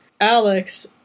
Alex